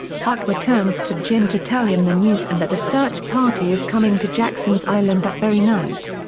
huck returns to jim to tell him the news and that a search party is coming to jackson's island that very night.